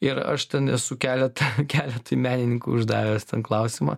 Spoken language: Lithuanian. ir aš ten esu keletą keletui menininkui uždavęs ten klausimą